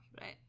right